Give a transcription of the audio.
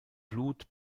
blut